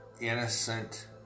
innocent